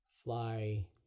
Fly